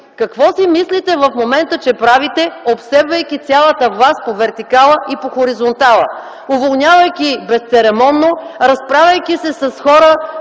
Какво си мислите в момента, че правите, обсебвайки цялата власт по вертикала и хоризонтала, уволнявайки безцеремонно, разправяйки се с хора